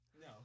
No